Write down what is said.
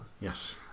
Yes